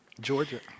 georgia.